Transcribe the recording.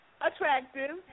Attractive